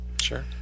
sure